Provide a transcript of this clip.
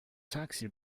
taxi